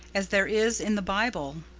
as there is in the bible.